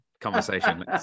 conversation